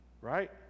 right